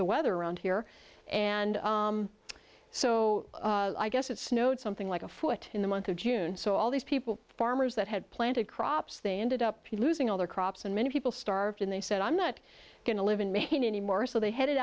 the weather around here and so i guess it snowed something like a foot in the month of june so all these people farmers that had planted crops they ended up losing all their crops and many people starved and they said i'm not going to live in maine anymore so they head